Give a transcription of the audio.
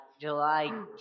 July